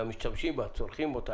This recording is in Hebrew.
והמשתמשים בה צורכים אותה,